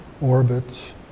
orbits